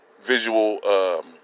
visual